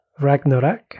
ragnarok